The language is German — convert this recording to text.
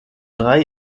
drei